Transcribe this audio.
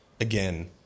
Again